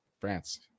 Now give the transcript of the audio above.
France